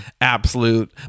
absolute